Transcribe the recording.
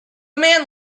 man